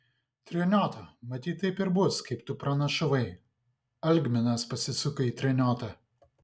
treniota matyt taip ir bus kaip tu pranašavai algminas pasisuko į treniotą